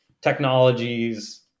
technologies